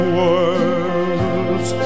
worlds